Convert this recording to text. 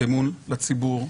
אמון לציבור.